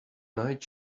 night